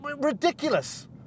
Ridiculous